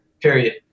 period